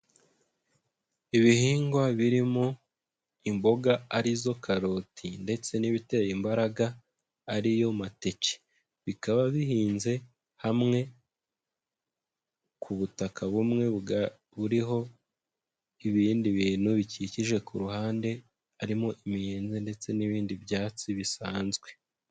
Ibihingwa birimo imboga, arizo karoti, ndetse n'ibitera imbaraga, ari yo mateke. Bikaba bihinze hamwe, ku butaka bumwe buriho ibindi bintu, bikikije ku ruhande, harimo imiyenzi ndetse n'ibindi byatsi bisanzwe.